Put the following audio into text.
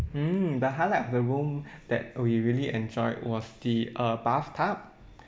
mm the highlight of the room that we really enjoyed was the uh bathtub